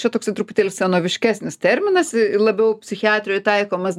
čia toksai truputėlį senoviškesnis terminas labiau psichiatrijoj taikomas